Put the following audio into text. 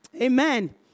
Amen